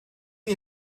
you